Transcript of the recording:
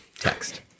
text